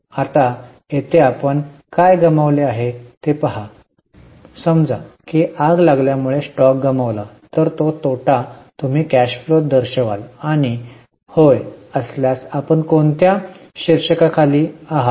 आता येथे आपण काय गमावले आहे ते पहावे समजा की आग लागल्यामुळे स्टॉक गमावला तर तो तोटा तुम्ही कॅश फ्लो त दर्शवाल आणि होय असल्यास आपण कोणत्या शीर्षकाखाली आहात